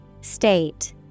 State